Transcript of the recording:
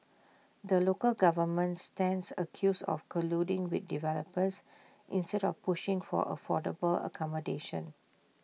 the local government stands accused of colluding with developers instead of pushing for affordable accommodation